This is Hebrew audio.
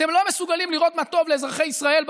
אתם לא מסוגלים בראש ובראשונה לראות מה טוב לאזרחי ישראל,